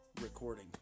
recording